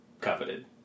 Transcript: coveted